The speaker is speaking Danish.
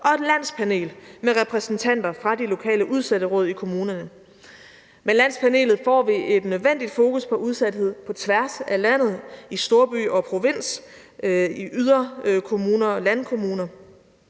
er et landspanel med repræsentanter fra de lokale udsatteråd i kommunerne. Med landspanelet får vi et nødvendigt fokus på udsathed på tværs af landet, i storby og provins, i yderkommuner og landkommuner,